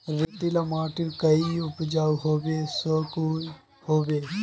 रेतीला माटित कोई उपजाऊ होबे सकोहो होबे?